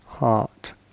heart